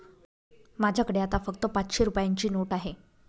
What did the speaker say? माझ्याकडे आता फक्त पाचशे रुपयांची नोट आहे